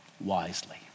wisely